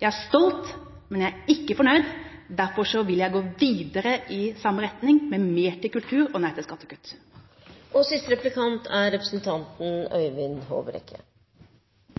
Jeg er stolt, men jeg er ikke fornøyd, og derfor vil jeg gå videre i samme retning, med mer til kultur og nei til